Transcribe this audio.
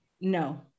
No